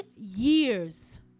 years